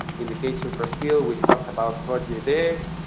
in the case of brazil, we talked about projects there.